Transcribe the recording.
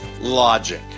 logic